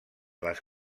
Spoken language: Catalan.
les